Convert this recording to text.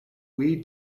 wee